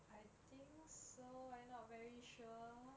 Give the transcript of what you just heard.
I think so I not very sure